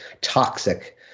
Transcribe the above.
toxic